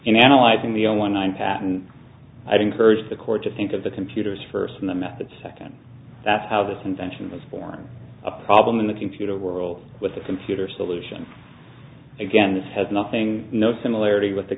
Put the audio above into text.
in analyzing the old one patent i'd encourage the court to think of the computers first and the method second that's how this invention was born a problem in the computer world with the computer solution again this has nothing no similarity with the